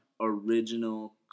original